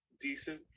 Decent